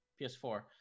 PS4